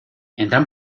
entran